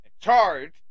charged